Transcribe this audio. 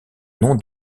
nom